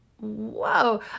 Whoa